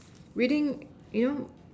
reading you know